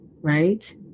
right